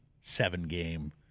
seven-game